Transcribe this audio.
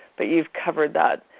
but you've covered that.